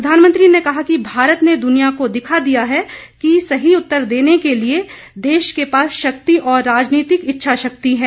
प्रधानमंत्री ने कहा कि भारत ने दुनिया को दिखा दिया है कि सही उत्तर देने के लिए देश के पास शक्ति और राजनीतिक इच्छाशक्ति है